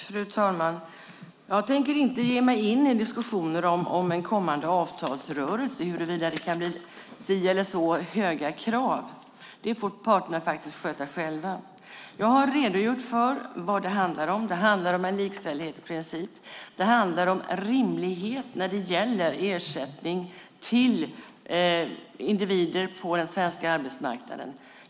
Fru talman! Jag tänker inte ge mig in i någon diskussion om vilka krav det kan bli i en framtida avtalsrörelse. Det får parterna faktiskt sköta själva. Jag har redogjort för vad det handlar om. Det handlar om en likställighetsprincip. Det handlar om rimlighet när det gäller ersättning till individer på den svenska arbetsmarknaden.